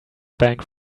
bank